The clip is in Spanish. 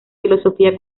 filosofía